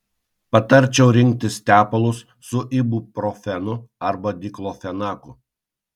patarčiau rinktis tepalus su ibuprofenu arba diklofenaku